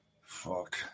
Fuck